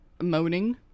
Moaning